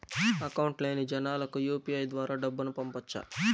Account లేని జనాలకు UPI ద్వారా డబ్బును పంపొచ్చా?